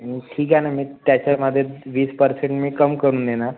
ठीक आहे ना मी त्याच्यामध्ये वीस परसेंट मी कमी करून देणार